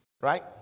right